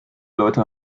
leute